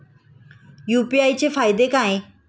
UPI चे फायदे काय?